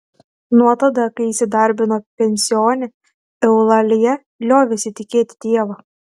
nuo tada kai įsidarbino pensione eulalija liovėsi tikėti dievą